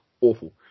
awful